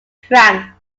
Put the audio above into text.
frank